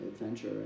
adventure